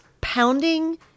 pounding